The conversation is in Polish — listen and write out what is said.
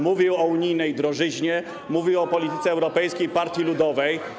Mówił o unijnej drożyźnie, mówił o polityce Europejskiej Partii Ludowej.